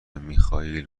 میخائیل